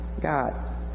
God